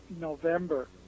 November